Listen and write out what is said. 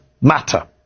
matter